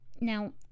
Now